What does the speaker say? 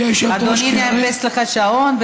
אדוני, אני מאפסת לך את השעון.